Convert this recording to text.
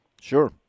Sure